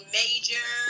major